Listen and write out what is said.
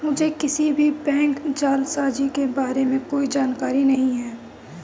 मुझें किसी भी बैंक जालसाजी के बारें में कोई जानकारी नहीं है